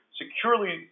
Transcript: securely